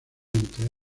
entre